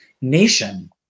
nation